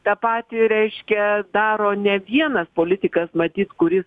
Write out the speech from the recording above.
tą patį reiškia daro ne vienas politikas matyt kuris